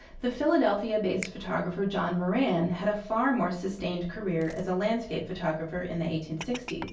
the philadelphia based photographer john moran had a far more sustained career as a landscape photographer in the eighteen sixty s.